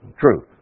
truth